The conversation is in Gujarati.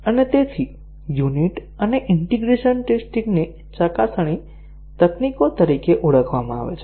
અને યુનિટ અને ઈન્ટીગ્રેશન ટેસ્ટીંગ ને ચકાસણી તકનીકો તરીકે ઓળખવામાં આવે છે